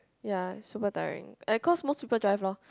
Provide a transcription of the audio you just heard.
ya super tiring and cause most people drive lor